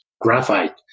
graphite